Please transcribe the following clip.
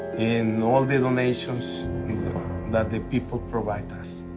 and all the donations that the people provide us.